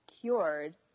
cured